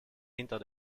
hinter